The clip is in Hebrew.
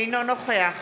אינו נוכח